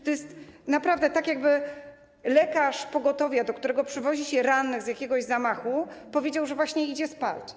To jest naprawdę tak, jakby lekarz pogotowia, do którego przywozi się rannych z jakiegoś zamachu, powiedział, że właśnie idzie spać.